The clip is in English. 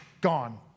gone